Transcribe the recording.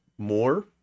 more